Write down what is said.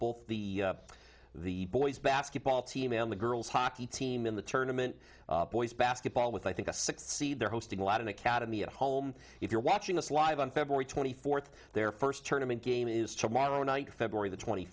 both the the boys basketball team and the girls hockey team in the tournament boys basketball with i think a sixth seed they're hosting a lot of academy at home if you're watching us live on february twenty fourth their first tournament game is tomorrow night february the twenty